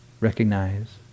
recognize